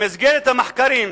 במסגרת המחקרים,